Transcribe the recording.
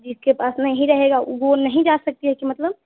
जिसके पास नहीं रहेगा वो नहीं जा सकते है कि मतलब